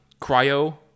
cryo